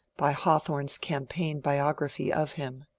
by hawthorne's cam paign biography of him.